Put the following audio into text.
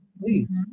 please